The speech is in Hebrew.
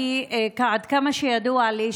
עד כמה שידוע לי,